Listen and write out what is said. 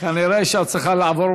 כנראה את צריכה לעבור